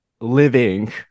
living